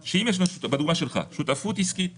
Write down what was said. לגבי חלק ב' שותפויות השקעה